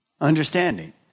understanding